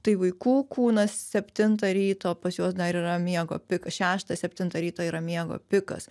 tai vaikų kūnas septintą ryto pas juos dar yra miego pikas šeštą septintą ryto yra miego pikas